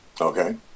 Okay